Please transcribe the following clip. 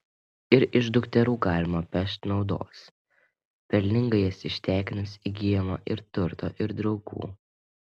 ir iš dukterų galima pešt naudos pelningai jas ištekinus įgyjama ir turto ir draugų